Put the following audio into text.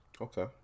Okay